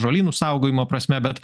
žolynų saugojimo prasme bet